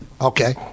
Okay